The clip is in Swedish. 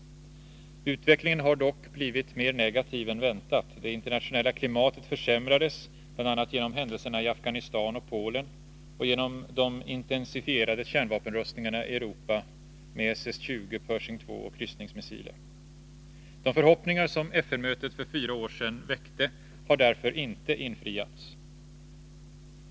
Utvecklingen blev dock mer negativ än väntat. Det internationella klimatet försämrades, bl.a. genom händelserna i Afghanistan och Polen och genom de intensifierade kärnvapenrustningarna i Europa med SS 20, Pershing II och kryssningsmissiler. De förhoppningar som FN-mötet för fyra år sedan väckte har därför inte infriats.